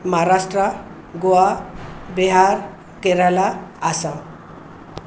Maharashtra Goa Bihar Kerala Assam